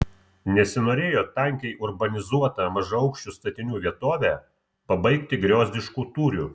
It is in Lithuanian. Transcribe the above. nesinorėjo tankiai urbanizuotą mažaaukščių statinių vietovę pabaigti griozdišku tūriu